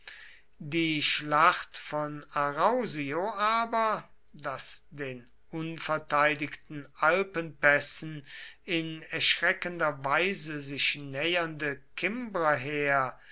die schlacht von arausio aber das den unverteidigten alpenpässen in erschreckender weise sich nähernde kimbrerheer die